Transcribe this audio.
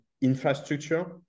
infrastructure